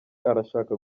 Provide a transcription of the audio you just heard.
arashaka